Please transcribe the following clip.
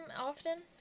often